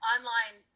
Online